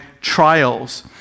trials